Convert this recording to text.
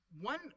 One